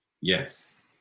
Yes